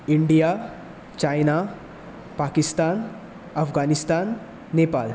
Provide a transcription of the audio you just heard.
India China Pakistan Afghanistan Nepal